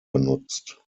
benutzt